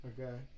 Okay